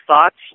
thoughts